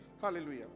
hallelujah